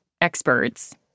experts